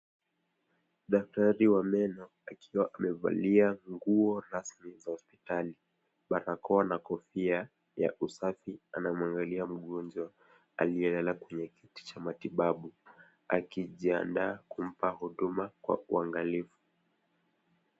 Daktari wa meno akiwa amevalia nguo rasmi za hospitali, barakoa na kofia ya usafi anamwangalia mgonjwa aliyelala kwenye kiti cha matibabu akijindaa kumpa huduma kwa uangalifu.